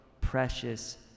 precious